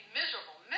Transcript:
miserable